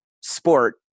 sport